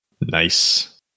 Nice